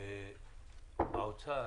שהאוצר